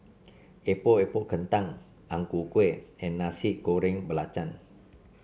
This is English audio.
Epok Epok Kentang Ang Ku Kueh and Nasi Goreng Belacan